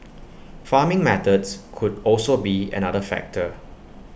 farming methods could also be another factor